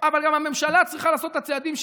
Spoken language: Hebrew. אבל גם הממשלה צריכה לעשות את הצעדים שלה,